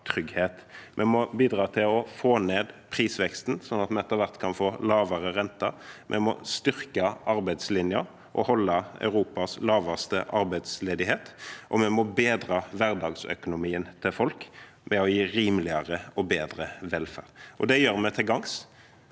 Vi må bidra til å få ned prisveksten, sånn at vi etter hvert kan få lavere renter. Vi må styrke arbeidslinjen og holde på Europas laveste arbeidsledighet. Vi må også bedre hverdagsøkonomien til folk ved å gi rimeligere og bedre velferd, og det gjør vi til gagns.